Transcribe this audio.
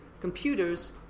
computers